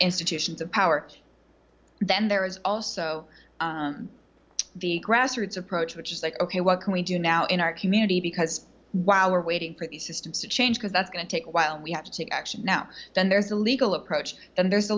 institutions of power then there is also the grassroots approach which is like ok what can we do now in our community because while we're waiting for the systems to change because that's going to take a while and we have to actually now then there's a legal approach and